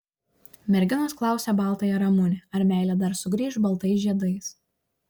merginos klausė baltąją ramunę ar meilė dar sugrįš baltais žiedais